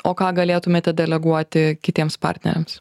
o ką galėtumėte deleguoti kitiems partneriams